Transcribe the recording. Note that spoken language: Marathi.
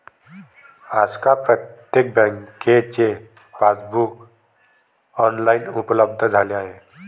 आजकाल प्रत्येक बँकेचे पासबुक ऑनलाइन उपलब्ध झाले आहे